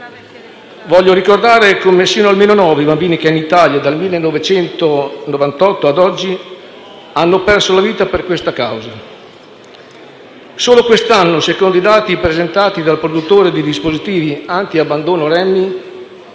Voglio ricordare come siano almeno nove i bambini che in Italia, dal 1998 ad oggi, hanno perso la vita per questa causa. Solo quest'anno, secondo i dati presentati dal produttore di dispositivi antiabbandono Remmy,